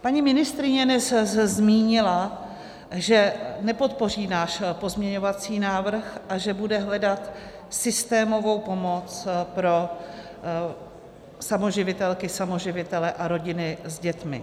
Paní ministryně dnes zmínila, že nepodpoří náš pozměňovací návrh a že bude hledat systémovou pomoc pro samoživitelky, samoživitele a rodiny s dětmi.